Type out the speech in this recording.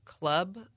club